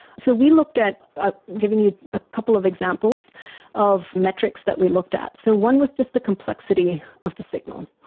so we looked at, i've ah given you a couple of examples of metrics that we looked at. so one was just the complexity of the signal.